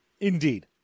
Indeed